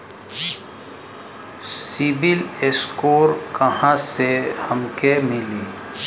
CIBIL score कहाँसे हमके मिली?